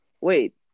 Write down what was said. Wait